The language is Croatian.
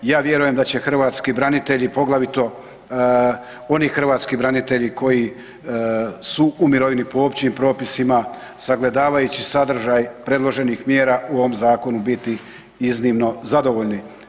Ja vjerujem da će hrvatski branitelji, poglavito oni hrvatski branitelji koji su u mirovini po općim propisima sagledavajući sadržaj predloženih mjera u ovom zakonu biti iznimno zadovoljni.